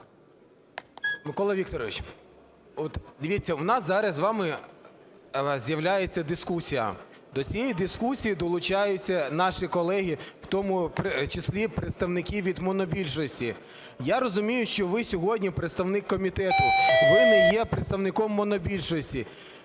Микола Вікторович, от дивіться, у нас зараз з вами з'являється дискусія, до цієї дискусії долучаються наші колеги, в тому числі представники від монобільшості. Я розумію, що ви сьогодні представник комітету, ви не є представником монобільшості.